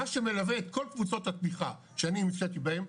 מה שמלווה את כל קבוצות התמיכה שאני נמצא בהם,